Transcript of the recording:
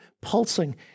pulsing